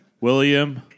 William